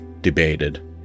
debated